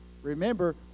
Remember